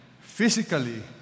physically